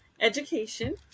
education